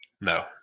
no